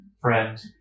Friend